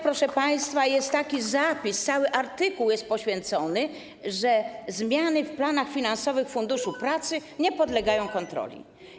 Proszę państwa, jest nawet taki zapis - cały artykuł jest temu poświęcony - że zmiany w planach finansowych Funduszu Pracy nie podlegają kontroli.